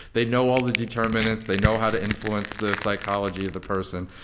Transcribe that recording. they know all the determinates. they know how to influence the psychology of the person.